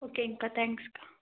ஓகேங்க்கா தேங்க்ஸ்க்கா